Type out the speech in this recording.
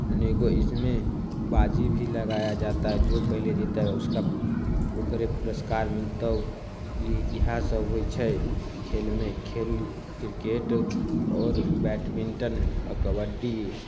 अनेको इसमे बाजी भी लगाया जाता है जो इसमे पहिले जीता उसका ओकरे कार मिलतौ यह सब होइ छै खेलमे खेल क्रिकेट आओर बैटमिंटन अ कबड्डी